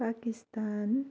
Pakistan